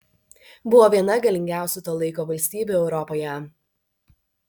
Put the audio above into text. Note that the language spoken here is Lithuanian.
buvo viena galingiausių to laiko valstybių europoje